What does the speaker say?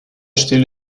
stil